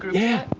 yeah,